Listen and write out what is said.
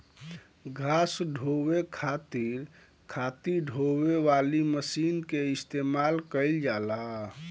घास ढोवे खातिर खातिर ढोवे वाली मशीन के इस्तेमाल कइल जाला